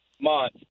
month